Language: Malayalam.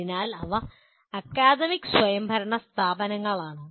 എന്നാൽ അവ അക്കാദമിക് സ്വയംഭരണ സ്ഥാപനങ്ങളാണ്